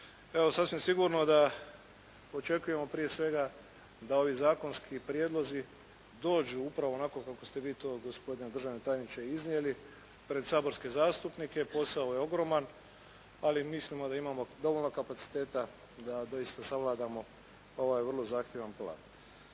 Evo, sasvim sigurno da očekujemo prije svega da ovi zakonski prijedlozi dođu upravo onako kako ste vi to gospodine državni tajniče iznijeli pred saborske zastupnike, posao je ogroman ali mislimo da imamo dovoljno kapaciteta da doista savladamo ovaj vrlo zahtjevan plan.